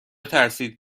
ترسید